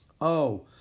Oh